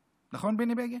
נכון, בני בגין?